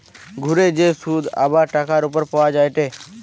ঘুরে যে শুধ আবার টাকার উপর পাওয়া যায়টে